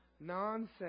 Nonsense